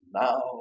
now